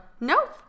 nope